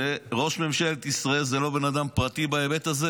ראש ממשלת ישראל הוא לא אדם פרטי בהיבט הזה.